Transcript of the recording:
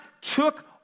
took